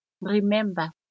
remember